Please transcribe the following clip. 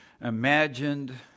imagined